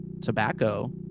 tobacco